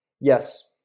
Yes